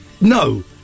No